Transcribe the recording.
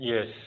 Yes